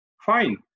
fine